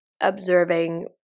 observing